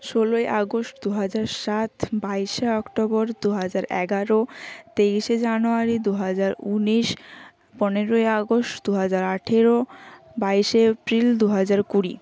ষোলোই আগস্ট দুহাজার সাত বাইশে অক্টোবর দুহাজার এগারো তেইশে জানুয়ারি দুহাজার উনিশ পনেরোই আগস্ট দুহাজার আঠারো বাইশে এপ্রিল দুহাজার কুড়ি